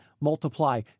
multiply